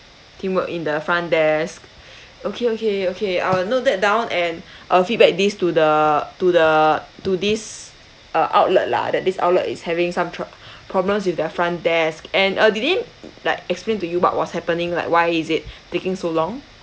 teamwork in the front desk okay okay okay I will note that down and uh feedback these to the to the to this uh outlet lah that this outlet is having some problems with their front desk and uh did they like explain to you what was happening like why is it taking so long